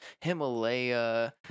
Himalaya